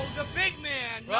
the big man!